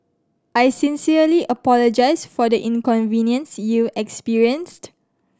I sincerely apologise for the inconvenience you experienced